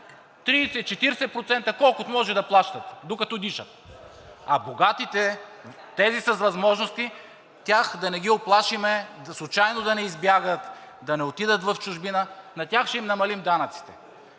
30, 40%, колкото може да плащат, докато дишат, а на богатите, на тези с възможности, тях да не ги уплашим, случайно да не избягат, да не отидат в чужбина – на тях ще им намалим данъците!